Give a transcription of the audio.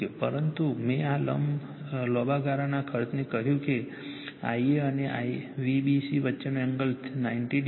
પરંતુ મેં આ લાંબાગાળાના ખર્ચને કહ્યું કે Ia અને Vbc વચ્ચેનો એંગલ 90 o છે